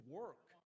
work